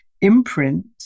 imprint